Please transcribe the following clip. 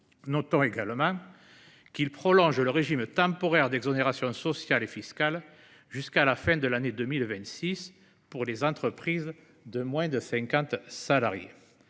Notons qu’il prolonge le régime temporaire d’exonération sociale et fiscale jusqu’à la fin de l’année 2026 pour les entreprises de moins de 50 salariés.